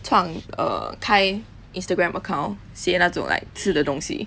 创 err 开 Instagram account 写那种 like 吃的东西